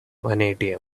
vanadium